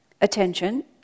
attention